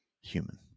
human